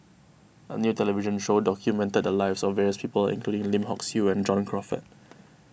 a new television show documented the lives of various people including Lim Hock Siew and John Crawfurd